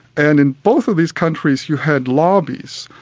and in both of these countries you had lobbies,